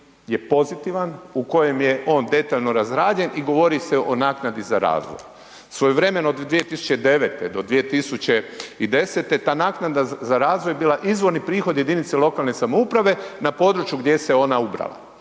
je pozitivan, u kojem je on detaljno razrađen i govori se o naknadi za razvoj. Svojevremeno od 2009. do 2010. ta naknada za razvoj je bila izvorni prihod jedinice lokalne samouprave na području gdje se ona ubrala.